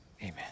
amen